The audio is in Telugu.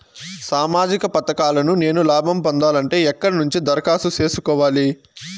సామాజిక పథకాలను నేను లాభం పొందాలంటే ఎక్కడ నుంచి దరఖాస్తు సేసుకోవాలి?